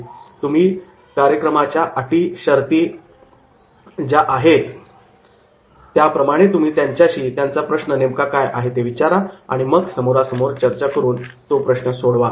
यामध्ये तुम्ही कार्यक्रमाच्या अटी व शर्ती आहेत त्याप्रमाणे तुम्ही त्यांच्याशी त्यांचा प्रश्न नेमका काय आहे ते विचारा आणि मग समोरासमोर चर्चा करून तो सोडवा